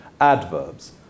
adverbs